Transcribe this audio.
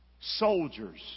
soldiers